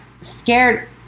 scared